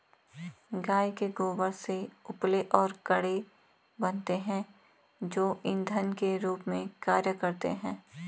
गाय के गोबर से उपले और कंडे बनते हैं जो इंधन के रूप में कार्य करते हैं